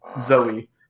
Zoe